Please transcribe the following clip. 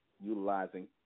utilizing